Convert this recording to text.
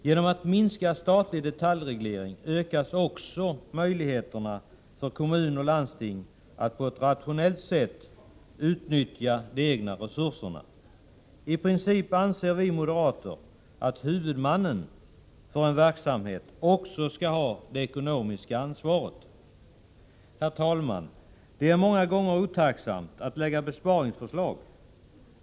Genom minskad statlig detaljreglering ökas också möjligheterna för kommuner och landsting att på ett rationellt sätt utnyttja de egna resurserna. I princip anser vi moderater att huvudmannen för en verksamhet också skall ha det ekonomiska ansvaret. Det är många gånger otacksamt att framlägga besparingsförslag.